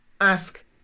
ask